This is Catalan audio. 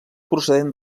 procedent